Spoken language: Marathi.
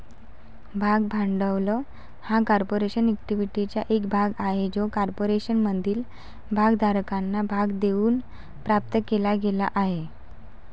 भाग भांडवल हा कॉर्पोरेशन इक्विटीचा एक भाग आहे जो कॉर्पोरेशनमधील भागधारकांना भाग देऊन प्राप्त केला गेला आहे